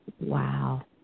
Wow